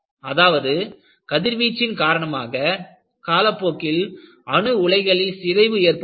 அதாவது கதிர்வீச்சின் காரணமாக காலப்போக்கில் அணு உலைகளில் சிதைவு ஏற்படுகிறது